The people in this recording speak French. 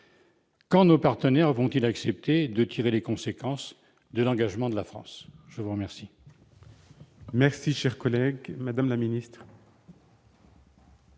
quand nos partenaires vont-ils accepter de tirer les conséquences de l'engagement de la France ? La parole